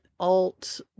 alt